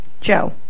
Joe